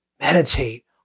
Meditate